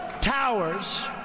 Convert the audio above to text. Towers